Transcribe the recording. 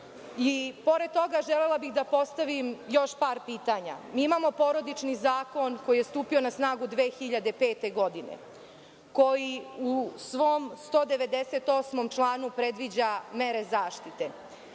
pored toga, želela bih da postavim još par pitanja. Mi imamo Porodični zakon koji je stupio na snagu 2005. godine, koji u svom 198. članu predviđa mere zaštite.